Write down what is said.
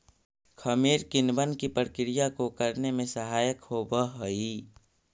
खमीर किणवन की प्रक्रिया को करने में सहायक होवअ हई